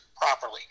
properly